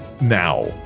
now